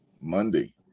Monday